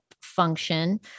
function